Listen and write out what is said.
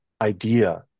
idea